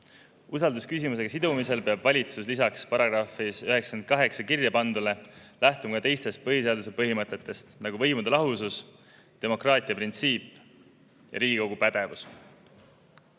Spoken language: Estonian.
Usaldusküsimusega sidumisel peab valitsus lisaks §‑s 98 kirja pandule lähtuma ka teistest põhiseaduse põhimõtetest, nagu võimude lahusus, demokraatia printsiip ja Riigikogu pädevus.